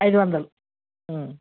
ఐదు వందలు